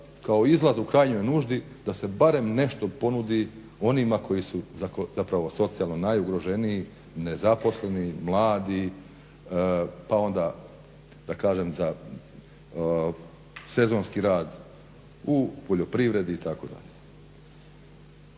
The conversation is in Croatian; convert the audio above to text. kao izlaz u krajnjoj nuždi da se barem nešto ponudi onima koji su zapravo socijalno najugroženiji, nezaposleni, mladi, pa onda da kažem za sezonski rad u poljoprivredi itd.